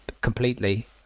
completely